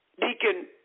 Deacon